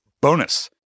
bonus